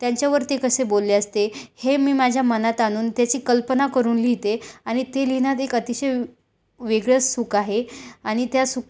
त्यांच्यावरती कसे बोलले असते हे मी माझ्या मनात आणून त्याची कल्पना करून लिहिते आणि ते लिहिण्यात एक अतिशय वेगळंच सुख आहे आणि त्या सुख